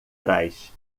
trás